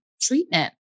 treatment